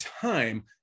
time